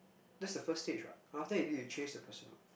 that's the first stage what after that you need to chase the person [what]